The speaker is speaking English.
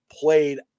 played